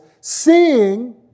seeing